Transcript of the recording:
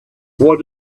what